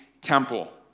temple